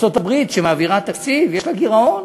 ארצות-הברית שמעבירה תקציב, יש לה גירעון.